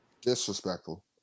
Disrespectful